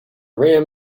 ram